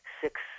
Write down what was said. six